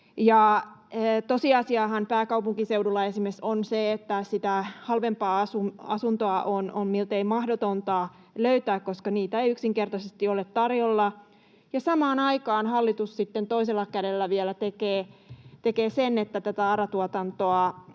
pääkaupunkiseudulla esimerkiksi on se, että sitä halvempaa asuntoa on miltei mahdotonta löytää, koska niitä ei yksinkertaisesti ole tarjolla. Samaan aikaan hallitus sitten toisella kädellä vielä tekee sen, että tätä ARA-tuotantoa